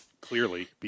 Clearly